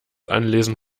anlesen